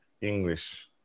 English